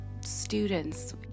students